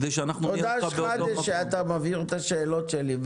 תודה, שאתה מבהיר את השאלות שלי.